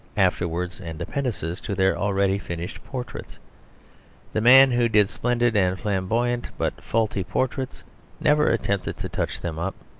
after-words and appendices to their already finished portraits the man who did splendid and flamboyant but faulty portraits never attempted to touch them up.